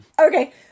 Okay